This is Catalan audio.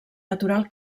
natural